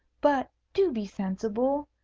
but do be sensible.